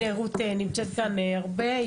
הנה, רות נמצאת כאן הרבה.